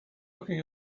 looking